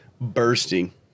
bursting